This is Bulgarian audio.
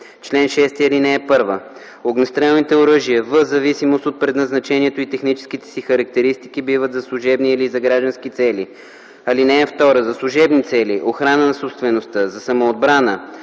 чл. 6: “Чл. 6. (1) Огнестрелните оръжия в зависимост от предназначението и техническите си характеристики биват за служебни или за граждански цели. (2) За служебни цели - охрана на собствеността, за самоотбрана,